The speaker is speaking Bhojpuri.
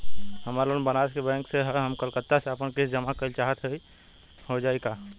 हमार लोन बनारस के बैंक से ह हम कलकत्ता से आपन किस्त जमा कइल चाहत हई हो जाई का?